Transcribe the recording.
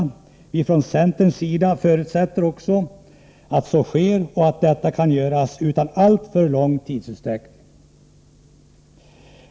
Vi från centerns sida förutsätter att så också sker och att detta kan göras utan alltför lång tidsutsträckning.